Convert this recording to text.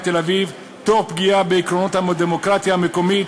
תל-אביב תוך פגיעה בעקרונות הדמוקרטיה המקומית,